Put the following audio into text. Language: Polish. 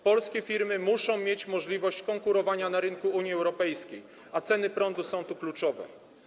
Polskie firmy muszą mieć możliwość konkurowania na rynku Unii Europejskiej, a ceny prądu są tu kluczowe.